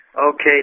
Okay